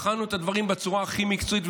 ובחנו את הדברים בצורה הכי מקצועית.